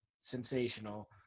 sensational